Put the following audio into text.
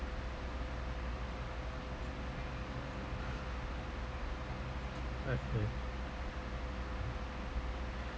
okay